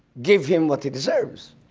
give him what he deserves.